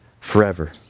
forever